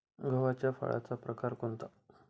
गव्हाच्या फळाचा प्रकार कोणता?